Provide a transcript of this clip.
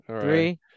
three